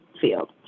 field